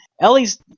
Ellie's